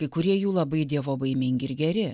kai kurie jų labai dievobaimingi ir geri